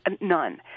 none